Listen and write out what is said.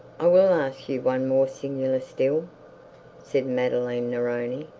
i will ask you one more singular still said madeline neroni,